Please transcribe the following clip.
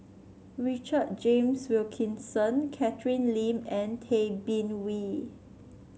Richard James Wilkinson Catherine Lim and Tay Bin Wee